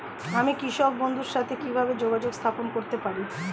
আমি কৃষক বন্ধুর সাথে কিভাবে যোগাযোগ স্থাপন করতে পারি?